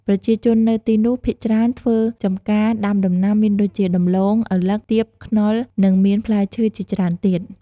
ប្រជាជននៅទីនោះភាគច្រើនធ្វើចំការដាំដំណាំមានដូចជា ដំឡូង ឪឡឹក ទៀប ខ្នុរ និងមានផ្លែឈើជាច្រើនទៀត ។